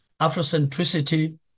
Afrocentricity